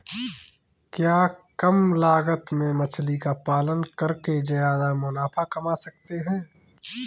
क्या कम लागत में मछली का पालन करके ज्यादा मुनाफा कमा सकते हैं?